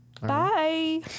Bye